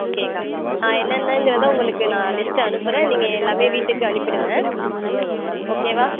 ஓகேக்கா நான் என்னென்னங்கிறதை உங்களுக்கு நான் லிஸ்ட்டு அனுப்புகிறேன் நீங்கள் எல்லாமே வீட்டுக்கு அனுப்பிவிடுங்க ஓகேவா